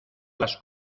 las